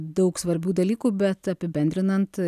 daug svarbių dalykų bet apibendrinant